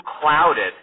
clouded